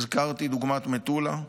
הזכרתי כדוגמה את מטולה,